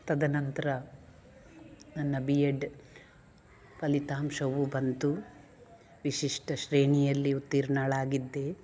ತದನಂತರ ನನ್ನ B Ed ಫಲಿತಾಂಶವು ಬಂತು ವಿಶಿಷ್ಟ ಶ್ರೇಣಿಯಲ್ಲಿ ಉತ್ತೀರ್ಣಳಾಗಿದ್ದೆ